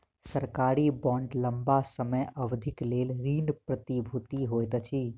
सरकारी बांड लम्बा समय अवधिक लेल ऋण प्रतिभूति होइत अछि